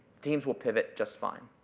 teams will pivot just fine.